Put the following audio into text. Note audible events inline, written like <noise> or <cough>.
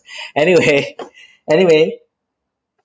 <breath> anyway anyway